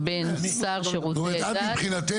כמובן יחד עם כל משרדי הממשלה,